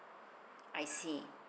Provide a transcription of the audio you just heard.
I see